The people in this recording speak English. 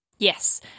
Yes